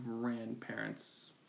grandparents